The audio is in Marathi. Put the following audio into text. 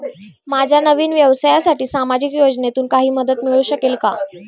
माझ्या नवीन व्यवसायासाठी सामाजिक योजनेतून काही मदत मिळू शकेल का?